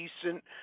decent